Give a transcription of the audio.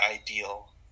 ideal